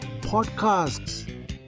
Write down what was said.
podcasts